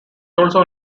also